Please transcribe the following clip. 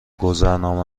گذرنامه